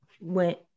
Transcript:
Went